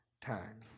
time